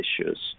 issues